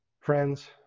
Friends